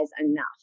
enough